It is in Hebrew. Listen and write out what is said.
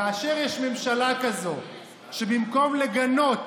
כאשר יש ממשלה כזו, שבמקום לגנות,